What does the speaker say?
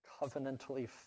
covenantally